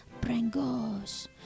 Brangos